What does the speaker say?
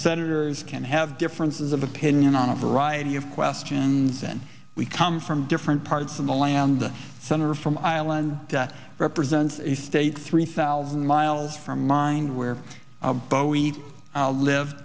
senators can have differences of opinion on a variety of questions and we come from different parts of the land the senator from island represents a state three thousand miles from mine where bowie's live